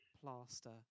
plaster